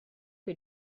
que